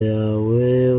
yawe